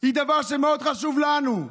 היא דבר שמאוד חשוב לנו.